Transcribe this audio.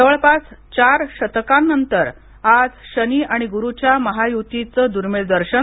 जवळपास चार शतकांनंतर आज शनी आणि गुरूच्या महायुतीचं दुर्मिळ दर्शन